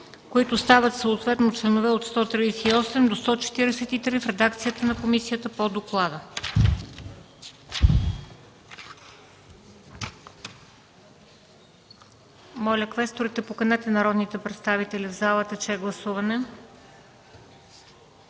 които стават съответно членове от 138 до 143, в редакцията на комисията по доклада.